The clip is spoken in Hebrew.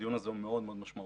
הדיון הזה הוא מאוד מאוד משמעותי.